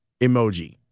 emoji